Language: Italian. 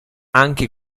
anche